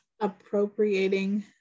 appropriating